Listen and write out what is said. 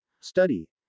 study